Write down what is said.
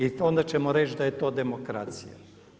I onda ćemo reći da je to demokracija.